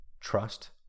trust